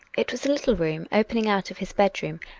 it was a little room opening out of his bedroom,